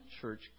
church